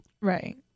right